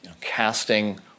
Casting